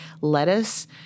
Lettuce